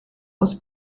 aus